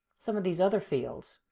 some of these other fields,